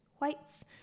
whites